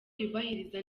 yubahiriza